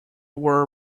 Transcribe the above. were